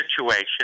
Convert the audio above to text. situation